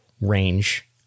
range